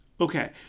Okay